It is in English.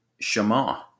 Shema